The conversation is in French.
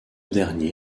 dernier